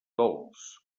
dolç